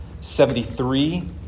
seventy-three